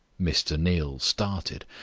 mr. neal started.